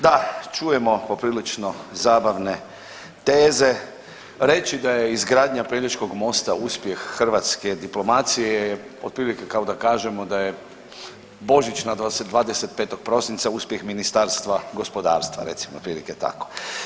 Da, čujemo poprilično zabavne teze, reći da je izgradnja Pelješkog mosta uspjeh hrvatske diplomacije je otprilike kao da kažemo da je Božić na 25. prosinca uspjeh Ministarstva gospodarstva, recimo otprilike tako.